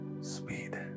speed